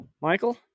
michael